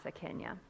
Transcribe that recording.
Kenya